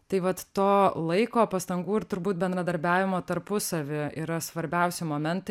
tai vat to laiko pastangų ir turbūt bendradarbiavimo tarpusavy yra svarbiausi momentai